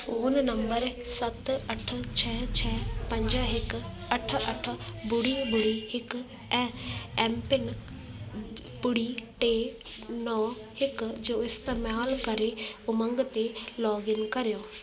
phone number सत अठ छह छह पंज हिकु अठ अठ ॿुड़ी ॿुड़ी हिकु ऐं एमपिन ॿुड़ी टे नव हिकु जो इस्तेमालु करे उमंग ते लॉगइन कर्यो